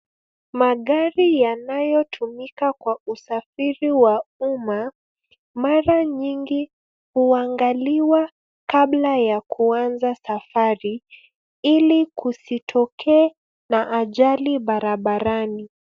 Magari yanayotumika kwa usafiri wa umma, mara nyingi huangaliwa kabla ya kuanza safari ili kusitokee na ajali barabarani.